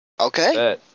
Okay